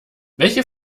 welche